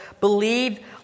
believe